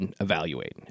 evaluate